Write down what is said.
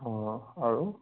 অঁ আৰু